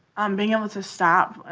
um being able to stop,